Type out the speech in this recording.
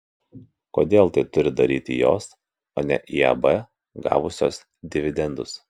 kodėl tai turi daryti jos o ne iab gavusios dividendus